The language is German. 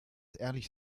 ehrlich